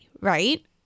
right